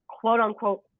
quote-unquote